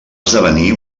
esdevenir